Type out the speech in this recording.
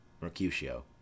Mercutio